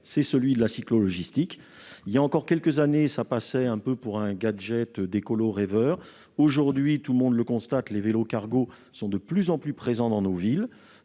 : il s'agit de la cyclo-logistique. Il y a encore quelques années, ce sujet passait pour un gadget d'écolos rêveurs. Aujourd'hui, tout le monde constate que les vélos-cargos sont de plus en plus présents dans nos villes.